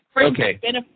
Okay